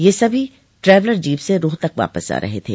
यह सभी traveller jeep से रोहतक वापस जा रहे थे